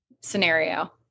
scenario